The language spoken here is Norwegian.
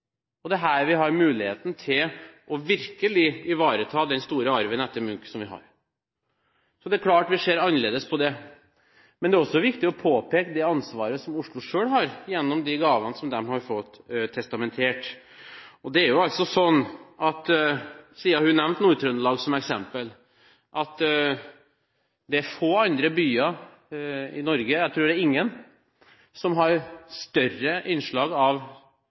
det er her vi virkelig har muligheten til å ivareta den store arven etter Munch. Så det er klart vi ser annerledes på det. Men det er også viktig å påpeke det ansvaret Oslo selv har, gjennom de gavene som kommunen har fått testamentert. Og det er altså sånn, siden hun nevnte Nord-Trøndelag som eksempel, at det er få andre steder i Norge – ingen, tror jeg – som har større innslag av